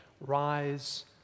rise